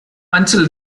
until